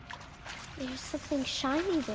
something shiny